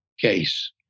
case